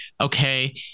okay